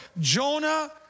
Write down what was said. Jonah